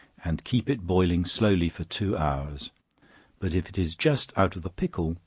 and keep it boiling slowly for two hours but if it is just out of the pickle,